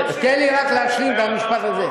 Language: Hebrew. תן לי רק להשלים את המשפט הזה.